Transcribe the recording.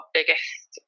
biggest